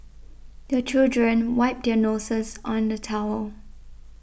the children wipe their noses on the towel